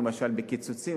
למשל בקיצוצים,